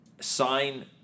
sign